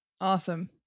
Awesome